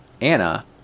Anna